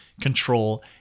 control